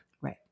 Right